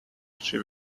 she